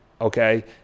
Okay